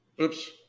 Oops